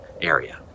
area